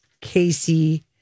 Casey